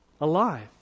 alive